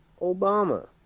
Obama